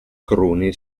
cruni